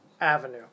avenue